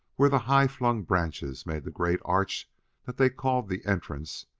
where the high-flung branches made the great arch that they called the entrance,